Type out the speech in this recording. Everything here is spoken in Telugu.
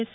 ఎస్